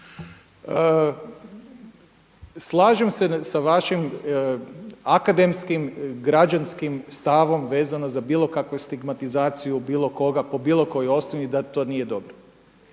Slažem se sa vašim akademskim, građanskim stavom vezano za bilo kakvu stigmatizaciju bilo koga, po bilo kojoj osnovi da to nije dobro.